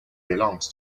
belongs